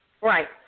right